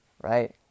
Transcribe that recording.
right